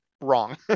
wrong